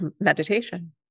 meditation